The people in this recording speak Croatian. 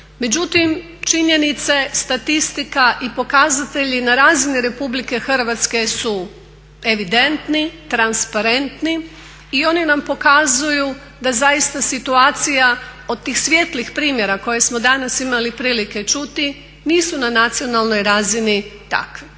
Međutim, činjenica je statistika i pokazatelji na razini Republike Hrvatske su evidentni, transparentni i oni nam pokazuju da zaista situacija od tih svijetlih primjera koje smo danas imali prilike čuti nisu na nacionalnoj razini takvi.